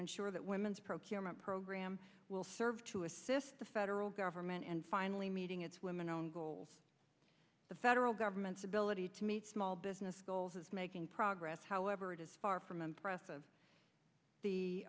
ensure that women's procurement program will serve to assist the federal government and finally meeting its women own goals the federal government's ability to meet small business goals is making progress however it is far from impressive the